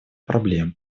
проблем